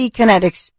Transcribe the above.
Kinetics